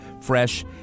fresh